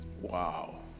Wow